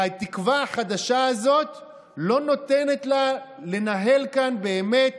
והתקווה החדשה הזאת לא נותנת לה לנהל כאן באמת